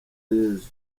yezu